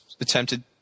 attempted